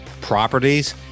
properties